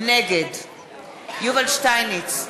נגד יובל שטייניץ,